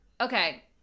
Okay